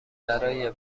برای